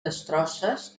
destrosses